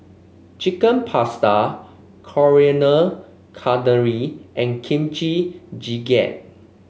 Chicken Pasta Coriander and Kimchi Jjigae